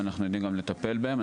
ואנחנו יודעים גם לטפל בהם.